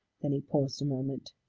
then he paused a moment.